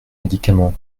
médicament